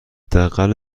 اقل